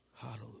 Hallelujah